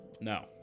No